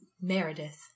Meredith